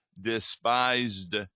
Despised